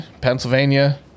Pennsylvania